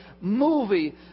movie